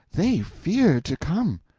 they fear to come.